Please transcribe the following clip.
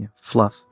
Fluff